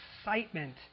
excitement